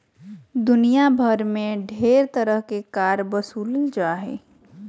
दुनिया भर मे ढेर तरह के कर बसूलल जा हय